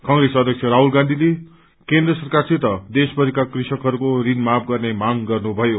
कंग्रेस अध्यक्ष राहुत गान्धीले केन्द्र सरकारसित देशभरिका कृषकहरूको ऋण माफ गन्ने मांग गन्नीायो